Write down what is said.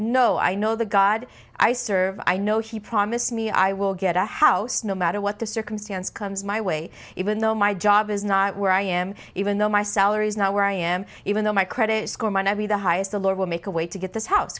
no i know the god i serve i know she promised me i will get a house no matter what the circumstance comes my way even though my job is not where i am even though my salary is not where i am even though my credit score might not be the highest the lord will make a way to get this house